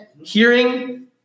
Hearing